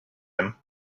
him